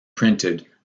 printed